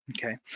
okay